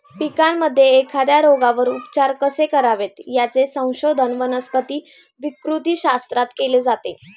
पिकांमध्ये एखाद्या रोगावर उपचार कसे करावेत, याचे संशोधन वनस्पती विकृतीशास्त्रात केले जाते